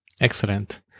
excellent